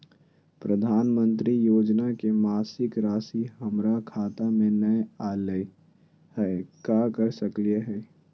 प्रधानमंत्री योजना के मासिक रासि हमरा खाता में नई आइलई हई, का कर सकली हई?